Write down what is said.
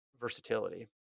versatility